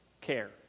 care